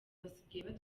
basigaye